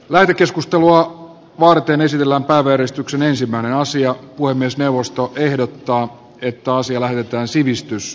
lähetekeskustelua varten ei sillanpää verestyksen ensimmäinen asia kuin myös neuvosto ehdottaa että asia lähettää sivistys